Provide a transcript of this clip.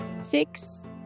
Six